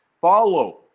follow